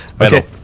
Okay